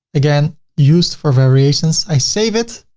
again, used for variations. i save it.